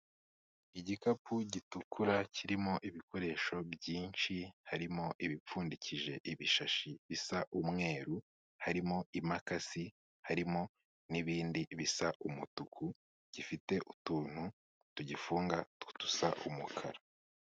Igikapu gitukura kirimo ibikoresho byinshi, harimo ibipfundikije ibishashi bisa umweru, harimo imakasi, harimo n'ibindi bisa umutuku, gifite utuntu tugifunga two dusa umukara.